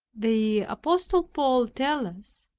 the apostle paul tells us,